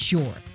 Sure